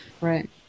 Right